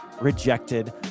rejected